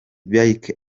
bike